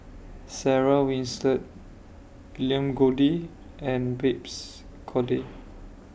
Sarah Winstedt William Goode and Babes Conde